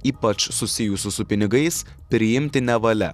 ypač susijusių su pinigais priimti nevalia